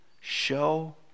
show